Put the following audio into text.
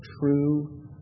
true